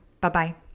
bye-bye